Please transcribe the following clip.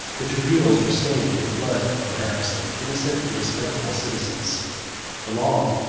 the tribunals were stained with the blood, perhaps, of innocent and respectable citizens the law,